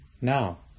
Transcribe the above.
now